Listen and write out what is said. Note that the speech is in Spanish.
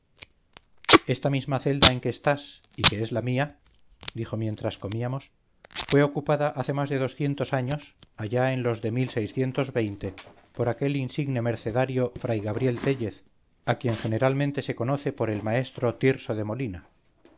esta misma celda en que estás y que es la mía dijo mientras comíamos fue ocupada hace más de doscientos años allá en los de por aquel insigne mercenario fray gabriel téllez a quien generalmente se conoce por el maestro tirso de molina